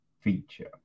feature